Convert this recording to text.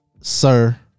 sir